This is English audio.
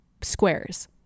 squares